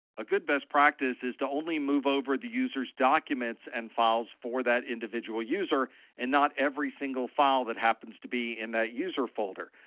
a good best practice is to only move over the user's documents and files for that individual user and not every single file that happens to be in that user folder.